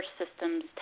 systems